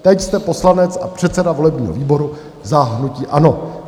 Teď jste poslanec a předseda volebního výboru za hnutí ANO.